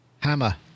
Hammer